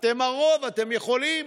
אתם הרוב, אתם יכולים.